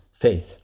faith